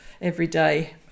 everyday